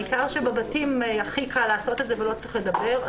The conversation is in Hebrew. בעיקר שבבתים הכי קל לעשות את זה ולא צריך לדבר.